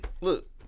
look